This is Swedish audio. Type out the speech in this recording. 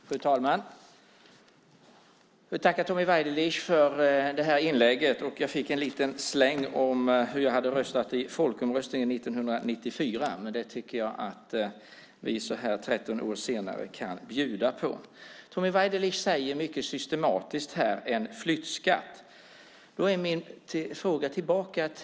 Fru talman! Jag får tacka Tommy Waidelich för det här inlägget. Jag fick en liten släng om hur jag hade röstat i folkomröstningen 1994. Men det tycker jag att vi så här 13 år senare kan bjuda på. Tommy Waidelich talar mycket systematiskt om en flyttskatt. Då har jag en fråga tillbaka.